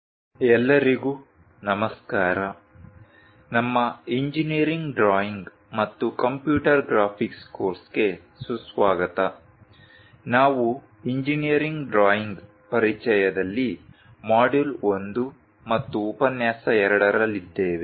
ಉಪನ್ಯಾಸ 02 ಇಂಜಿನೀರಿಂಗ್ ರೇಖಾಚಿತ್ರದ ಪರಿಚಯ II ಎಲ್ಲರಿಗೂ ನಮಸ್ಕಾರ ನಮ್ಮ ಇಂಜಿನೀರಿಂಗ್ ಡ್ರಾಯಿಂಗ್ ಮತ್ತು ಕಂಪ್ಯೂಟರ್ ಗ್ರಾಫಿಕ್ಸ್ ಕೋರ್ಸ್ಗೆ ಸುಸ್ವಾಗತ ನಾವು ಇಂಜಿನೀರಿಂಗ್ ಡ್ರಾಯಿಂಗ್ ಪರಿಚಯದಲ್ಲಿ ಮಾಡ್ಯೂಲ್ 1 ಮತ್ತು ಉಪನ್ಯಾಸ 2 ರಲ್ಲಿದ್ದೇವೆ